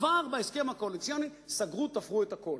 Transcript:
כבר בהסכם הקואליציוני סגרו ותפרו את הכול,